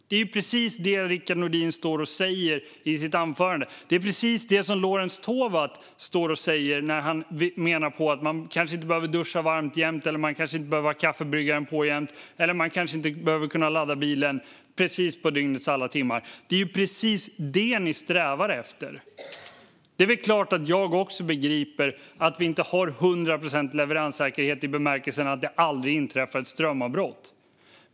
Det är precis det Rickard Nordin står och säger i sitt anförande. Och det är precis det som Lorentz Tovatt står och säger när han menar på att man kanske inte behöver duscha varmt alltid eller kanske inte behöver ha kaffebryggaren på jämt. Man kanske inte heller behöver kunna ladda bilen under dygnets alla timmar. Det är precis det ni strävar efter. Det är väl klart att jag också begriper att vi inte har 100 procents leveranssäkerhet i bemärkelsen att det aldrig inträffar ett strömavbrott.